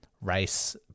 race